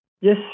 Yes